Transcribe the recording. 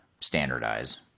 standardize